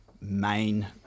main